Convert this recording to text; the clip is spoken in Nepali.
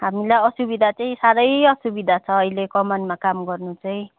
हामीलाई असुविधा चाहिँ साह्रै असुविधा छ अहिले कमानमा काम गर्नु चाहिँ